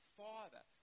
father